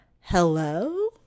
hello